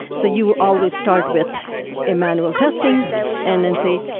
so you always start with a manual testing and then say,